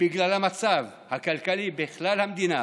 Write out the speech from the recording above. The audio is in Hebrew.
בגלל המצב הכלכלי בכלל המדינה